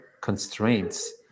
constraints